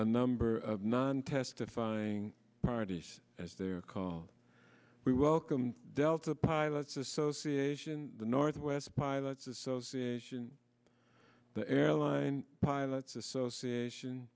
number of non testifying parties as they're called we welcome delta pilots association the northwest pilots association the airline pilots association